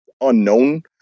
unknown